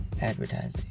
advertising